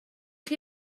chi